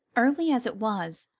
early as it was,